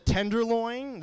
Tenderloin